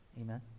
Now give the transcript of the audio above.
Amen